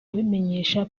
abimenyesha